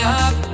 up